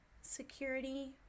security